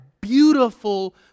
beautiful